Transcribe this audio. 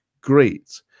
great